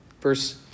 Verse